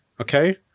okay